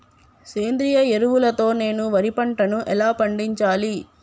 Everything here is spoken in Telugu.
సేంద్రీయ ఎరువుల తో నేను వరి పంటను ఎలా పండించాలి?